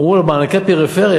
אמרו לו: מענקי פריפריה,